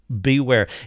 beware